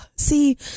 see